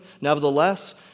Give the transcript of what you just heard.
Nevertheless